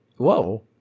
whoa